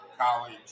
college